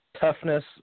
toughness